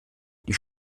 die